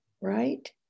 right